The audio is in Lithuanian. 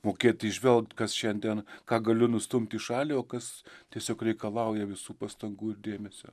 mokėt įžvelgt kas šiandien ką galiu nustumt į šalį o kas tiesiog reikalauja visų pastangų ir dėmesio